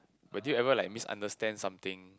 but do you ever like misunderstand something